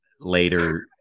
later